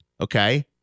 Okay